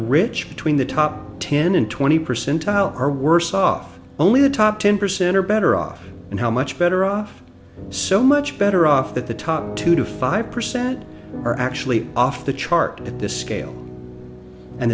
rich between the top ten and twenty percent teil are worse off only the top ten percent are better off and how much better off so much better off that the top two to five percent are actually off the chart at this scale and